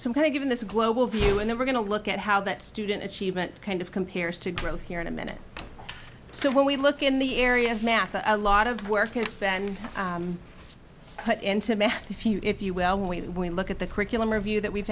some kind of given this global view and then we're going to look at how that student achievement kind of compares to growth here in a minute so when we look in the area of math a lot of work and spend it's put into me if you if you will when we look at the curriculum review that we've